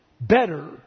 better